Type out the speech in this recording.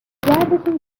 دردتون